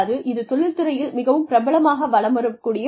இது தொழில்துறையில் மிகவும் பிரபலமாக வலம் வரக் கூடிய ஒன்று